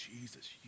Jesus